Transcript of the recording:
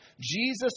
Jesus